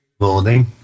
morning